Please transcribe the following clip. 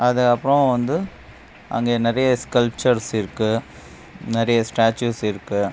அது அப்றோம் வந்து அங்கே நிறைய ஸ்கல்ச்சர்ஸு இருக்கு நிறைய ஸ்டாச்சூஸ் இருக்கு